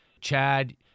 Chad